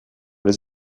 les